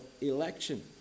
election